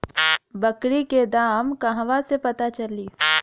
बकरी के दाम कहवा से पता चली?